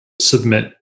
submit